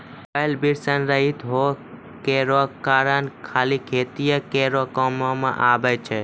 बैल वृषण रहित होय केरो कारण खाली खेतीये केरो काम मे आबै छै